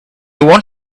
want